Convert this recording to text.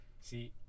See